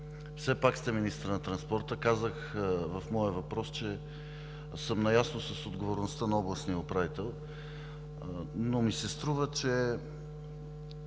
все пак сте министър на транспорта. В моя въпрос казах, че съм наясно с отговорността на областния управител, но ми се струва, че